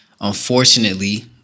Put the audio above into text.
unfortunately